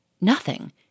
nothing